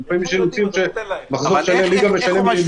אבל כרגע הם לא